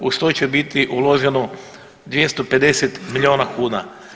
Uz to će biti uloženo 250 milijuna kuna.